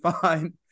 fine